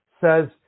says